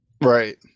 Right